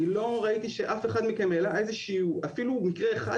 אני לא ראיתי שאף אחד מכם העלה אפילו מקרה אחד